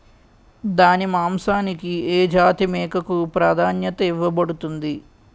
దాని మాంసానికి ఏ జాతి మేకకు ప్రాధాన్యత ఇవ్వబడుతుంది?